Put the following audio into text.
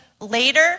later